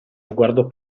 sguardo